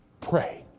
pray